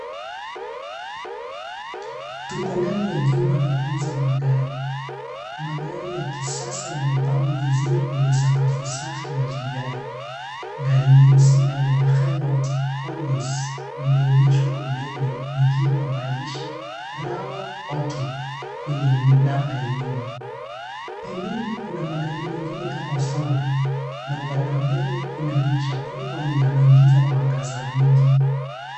Tuko ndani ya jumba la kuuza magari. Magari ya kisasa yamepangwa vizuri kwenye sakafu safi ya vigae. Gari jeusi aina ya Renault Koleos limeegeshwa mbele likiwa na maandishi Rawa Auto kwenye namba ya nyuma. Pembeni kuna magari mengine kama Ford, na upande wa mbele kuna dirisha kubwa linaloingiza mwangaza mwingi.